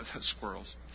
squirrels